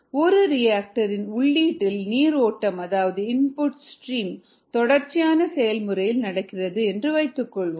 ஒரு ரிஆக்டர் இன் உள்ளீட்டு நீர் ஓட்டம் அதாவது இன்புட் ஸ்ட்ரீம் தொடர்ச்சியான செயல்முறையில் நடக்கிறது என்று வைத்துக்கொள்வோம்